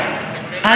אנחנו,